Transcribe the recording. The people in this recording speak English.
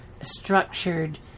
structured